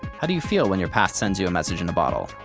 how do you feel when your past sends you message in a bottle?